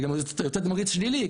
זה גם יוצר תדמית שלילית,